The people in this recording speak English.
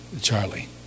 Charlie